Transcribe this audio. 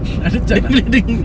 ada chance ah